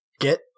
get